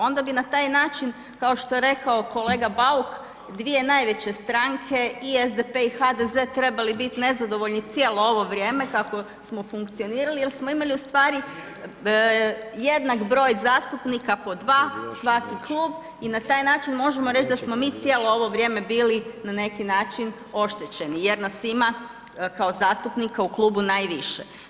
Onda bi na taj način, kao što je rekao kolega Bauk, dvije najveće stranke i SDP i HDZ trebali biti nezadovoljni cijelo ovo vrijeme kako smo funkcionirali jer smo imali ustvari jednak broj zastupnika, po 2, svaki klub i na taj način možemo reći da smo mi cijelo ovo vrijeme bili na neki način oštećeni jer nas ima kao zastupnika u klubu najviše.